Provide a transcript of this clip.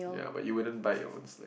ya but you wouldn't bite your owns like